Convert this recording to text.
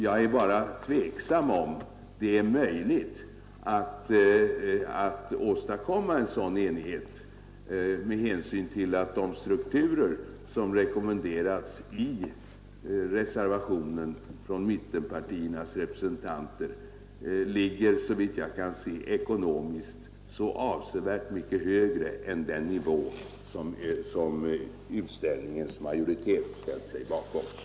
Jag är bara tveksam om det är möjligt att åstadkomma en sådan enighet. De strukturer som rekommenderas i reservationen från mittenpartiernas representanter ligger nämligen, såvitt jag kan se, ekonomiskt avsevärt mycket högre än den nivå som utredningens majoritet ställt sig bakom.